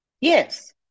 Yes